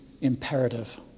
imperative